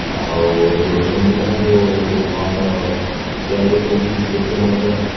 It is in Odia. ଆଉ ଯେଉଁ ସମ୍ବିଧାନ ଯେଉଁ ଆମର ତିଆରି ହେଇଛି ସେଇଠି ଆମର